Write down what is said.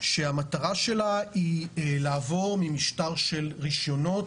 שהמטרה שלה היא לעבור ממשטר של רישיונות